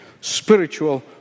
spiritual